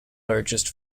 largest